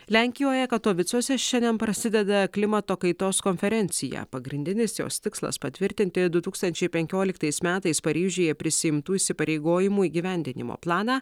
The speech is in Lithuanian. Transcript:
lenkijoje katovicuose šiandien prasideda klimato kaitos konferencija pagrindinis jos tikslas patvirtinti du tūkstančiai penkioliktais metais paryžiuje prisiimtų įsipareigojimų įgyvendinimo planą